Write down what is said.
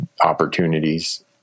opportunities